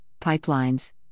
pipelines